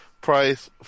price